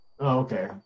okay